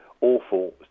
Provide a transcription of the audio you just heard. awful